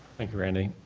thank you, randy.